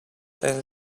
and